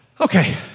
Okay